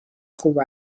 خوب